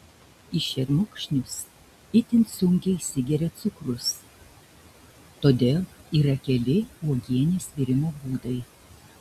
į šermukšnius itin sunkiai įsigeria cukrus todėl yra keli uogienės virimo būdai